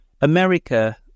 America